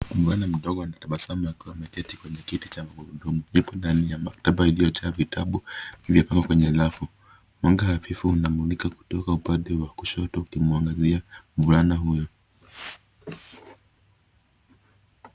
Mvulana mdogo anatabasamu akiwa ameketi kwenye kiti cha magurudumu, nyuko ndani ya maktaba iliyojaa vitabu vimepangwa kwenye rafu. Mwanga hafifu unamlika kutoka upande wa kushoto ukimwangazia mvulana huyo.